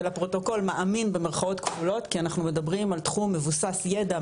ולפרוטוקול "מאמין" כי אנחנו מדברים על תחום מבוסס ידע,